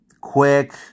quick